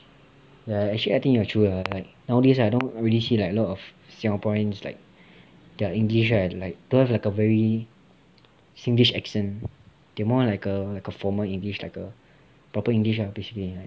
ya actually I think you're true eh nowadays right don't really see like a lot of singaporeans like their english right like don't have like a very singlish accent they more like a like a formal english like a proper english lah basically